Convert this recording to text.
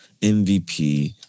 MVP